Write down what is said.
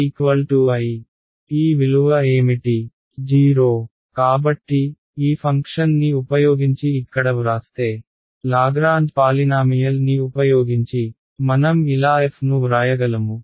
0 కాబట్టి ఈ ఫంక్షన్ని ఉపయోగించి ఇక్కడ వ్రాస్తే లాగ్రాంజ్ పాలినామియల్ ని ఉపయోగించి మనం ఇలా f ను వ్రాయగలము